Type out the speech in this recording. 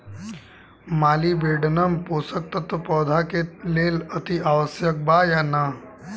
Molybdenum पोषक तत्व पौधा के लेल अतिआवश्यक बा या न?